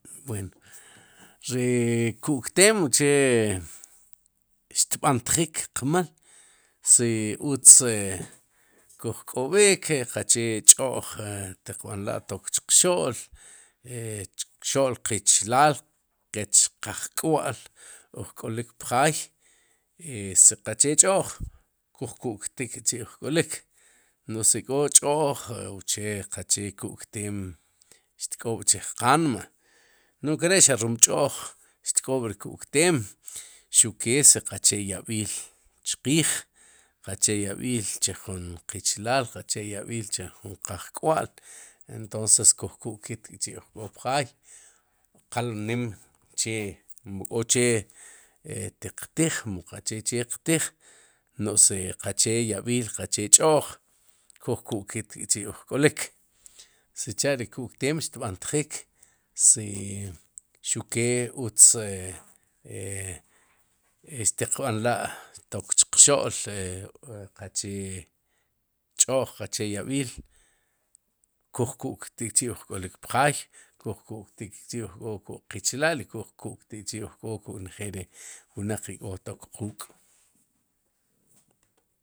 Bueen ri k'ukteem uche'xtb'antjik qmal si utz e kuj k'ob'ik si qachee ch'o'j tiqb'anla'chuq xo'l e chqxo'l qichilaal qech qaj k'wa'l ujk'olik pjaay, i si qache ch'o'j, kujku'ktik k'chi'uj k'olik no's si k'o ch'o'j uche qaqchee ku'kteem, xtk'oob'chij qanme, nu'j inkare'xaq rum ch'o'j xtk'ob're ri ku'kteem xuq kee si qache yab'iil chqiij qachee yab'iil chu jun qichilaal. qache yab'iil chu jun qajk'wa'l entonces kuj ku'ktik k'chi'uj k'o pjaay qal nim che mu kó che e tiqtij, mu qachee chee qtij no'j si qachee yab'iil qachee ch'o'j kujku'ktik k'chi'uj k'olik ssicha'ri ku'kteem xtb'antjik si xu ke utz e e xtiqb'anla'tok chuq xo'l qachee ch'oj qache yab'iil kujku'ktik k'chi'uj k'olik pjaay kujku'tik chi'uj k'olik kuk'qichilaal i kuj ku'ktik chi'uj k'o kuk' chi' uj k'o kuk' njeel ri wnaq ri ik'o tok quuk.